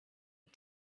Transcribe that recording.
and